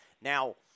Now